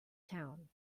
town